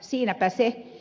siinäpä se